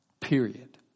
Period